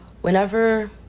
whenever